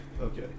okay